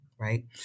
right